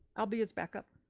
i'll be his backup.